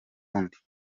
rundi